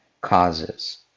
causes